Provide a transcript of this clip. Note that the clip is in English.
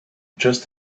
just